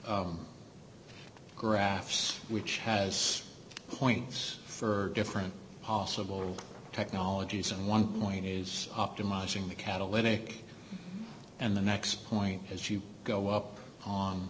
graphs which has points for different possible technologies and one point is optimizing the catalytic and the next point as you go up on